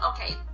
okay